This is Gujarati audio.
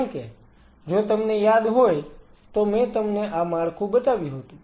જેમકે જો તમને યાદ હોય તો મેં તમને આ માળખું બતાવ્યું હતું